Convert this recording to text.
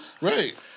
Right